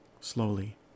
Slowly